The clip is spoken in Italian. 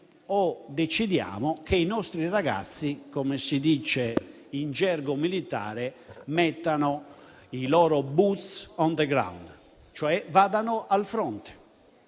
o se vogliamo che i nostri ragazzi - come si dice in gergo militare - mettano i loro *boots on the ground*, cioè vadano al fronte.